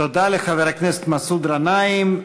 תודה לחבר הכנסת מסעוד גנאים.